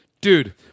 dude